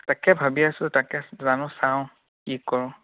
তাকে ভাবি আছোঁ তাকে জানো চাওঁ কি কৰোঁ